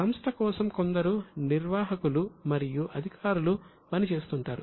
సంస్థ కోసం కొందరు నిర్వాహకులు మరియు అధికారులు పని చేస్తుంటారు